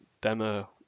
demo